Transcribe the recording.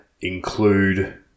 include